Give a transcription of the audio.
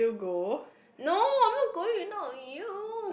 no I'm not going not with you